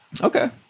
Okay